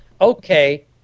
okay